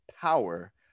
power